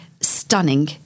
stunning